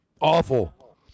Awful